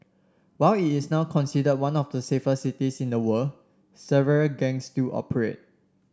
while it is now considered one of the safest cities in the world several gangs still operate